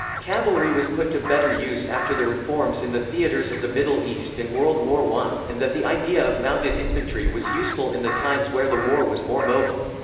cavalry was put to better use after the reforms in the theatres of the middle east and world war i, and that the idea of mounted infantry was useful in the times where the war was more mobile.